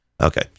Okay